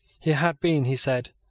he had been, he said,